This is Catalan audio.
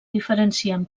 diferencien